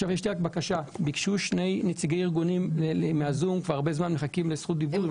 ביקשו להתייחס ב-זום שני נציגי ארגונים והרבה זמן הם מחכים לזכות דיבור.